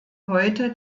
heute